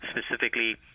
specifically